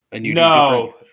No